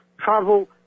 travel